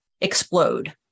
explode